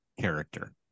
character